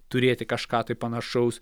turėti kažką tai panašaus